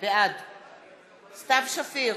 בעד סתיו שפיר,